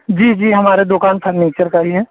जी जी हमारी दुकान फर्नीचर की ही है